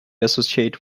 associate